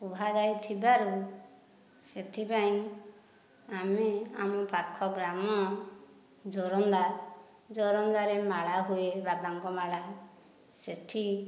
କୁହାଯାଇଥିବାରୁ ସେଥିପାଇଁ ଆମେ ଆମ ପାଖ ଗ୍ରାମ ଯୋରନ୍ଦା ଯୋରନ୍ଦାରେ ମେଳା ହୁଏ ବାବାଙ୍କ ମେଳା ସେଇଠି